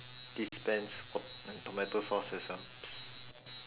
dispense wa~ mm tomato sauce also